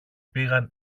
πήγαν